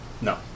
No